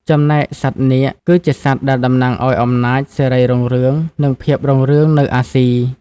ចំណែកសត្វនាគ គឺជាសត្វដែលតំណាងឱ្យអំណាច សិរីរុងរឿង និងភាពរុងរឿងនៅអាស៊ី។